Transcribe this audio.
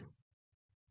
3